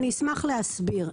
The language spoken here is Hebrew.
אשמח להסביר.